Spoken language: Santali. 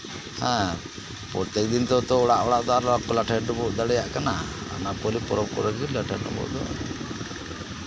ᱦᱮᱸ ᱯᱨᱚᱛᱮᱠᱫᱤᱱ ᱦᱚᱛᱚ ᱚᱲᱟᱜ ᱚᱲᱟᱜ ᱫᱚ ᱵᱟᱠᱚ ᱞᱟᱴᱷᱮ ᱰᱩᱵᱩᱜ ᱫᱟᱲᱮᱭᱟᱜ ᱠᱟᱱᱟ ᱯᱟᱹᱞᱤ ᱯᱚᱨᱚᱵᱽ ᱠᱚᱨᱮᱜᱮ ᱞᱟᱴᱷᱮ ᱰᱩᱵᱩᱜ ᱠᱚᱫᱚ